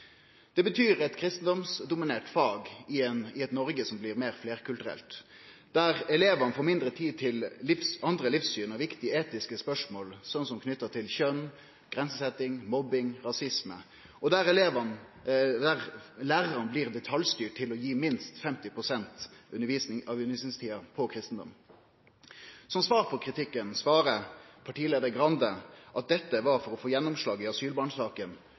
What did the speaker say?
Det betyr eit kristendomsdominert fag i eit Noreg som blir meir fleirkulturelt, der elevane får mindre tid til andre livssyn og viktige etiske spørsmål som kjønn, grensesetjing, mobbing, rasisme, og der lærarane blir detaljstyrte til å gi minst 55 pst. av undervisningtida på kristendom. Som svar på kritikken seier partileiar Skei Grande at dette var for å få gjennomslag i